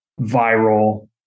viral